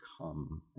come